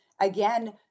Again